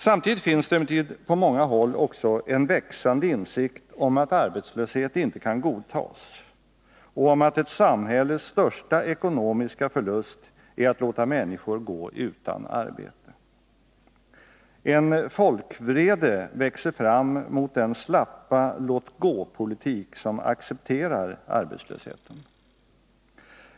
Samtidigt finns det emellertid på många håll också en växande insikt om att arbetslöshet inte kan godtas och om att ett samhälles största ekonomiska förlust är att låta människor gå utan arbete. En folkvrede växer fram mot den slappa låt-gå-politik som accepterar arbetslösheten.